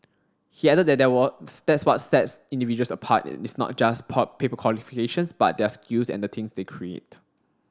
he added that what sets individuals apart is not just paper qualifications but their skills and the things they create